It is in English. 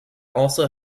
also